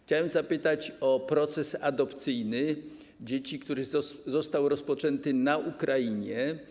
Chciałem zapytać o proces adopcyjny dzieci, który został rozpoczęty na Ukrainie.